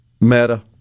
Meta